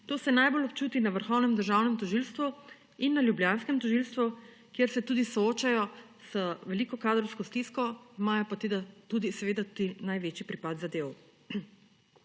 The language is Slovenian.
To se najbolj občuti na Vrhovnem državnem tožilstvu in na ljubljanskem tožilstvu, kjer se tudi soočajo z veliko kadrovsko stisko, imajo pa tudi seveda ti največji pripad zadev.